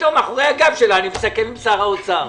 ופתאום מאחורי הגב שלה אני מסכם עם שר האוצר.